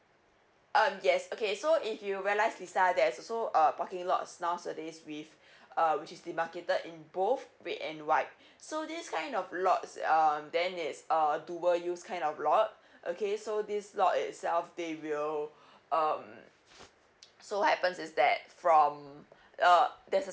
um yes okay so if you realize lisa there's also uh parking lots nowadays with uh which is the demarcated in both red and white so this kind of lots um then it's err dual use kind of lot okay so this lot itself they will um so what happens is that from err there's a